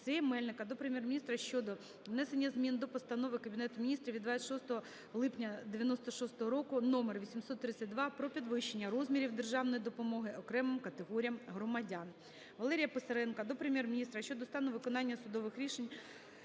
Мельника до Прем'єр-міністра щодо внесення змін до Постанови Кабінету Міністрів від 26 липня 1996 року № 832 "Про підвищення розмірів державної допомоги окремим категоріям громадян". Валерія Писаренка до Прем'єр-міністра щодо стану виконання судових рішень,